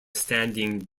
standing